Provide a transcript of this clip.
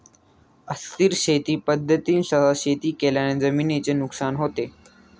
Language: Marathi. अस्थिर शेती पद्धतींसह शेती केल्याने जमिनीचे नुकसान होते